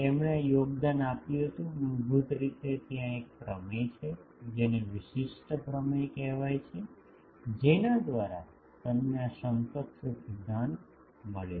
તેમણે આ યોગદાન આપ્યું હતું મૂળભૂત રીતે ત્યાં એક પ્રમેય છે જેને વિશિષ્ટ પ્રમેય કહેવાય છે જેના દ્વારા તેમને આ સમકક્ષ સિદ્ધાંત મળયો